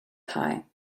pie